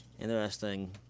interesting